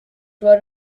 rode